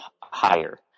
higher